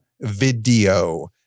video